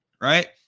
right